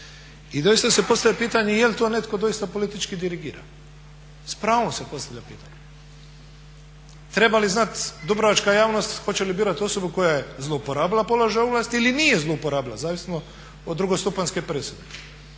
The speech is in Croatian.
i doista se postavlja pitanje jel to netko doista politički dirigira, s pravom se postavlja pitanje. Treba li znati dubrovačka javnost hoće li birati osobu koja je zlouporabila položaj ovlasti ili nije zlouporabila zavisno o drugostupanjskoj presudi.